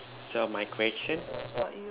so my question